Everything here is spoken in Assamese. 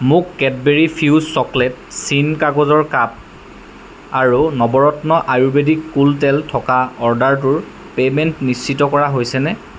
মোৰ কেডবেৰী ফিউজ চকলেট চীন কাগজৰ কাপ আৰু নৱৰত্ন আয়ুৰ্বেডিক কুল তেল থকা অৰ্ডাৰটোৰ পে'মেণ্ট নিশ্চিত কৰা হৈছেনে